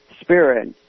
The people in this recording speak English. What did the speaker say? spirit